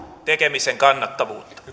tekemisen kannattavuutta